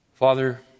Father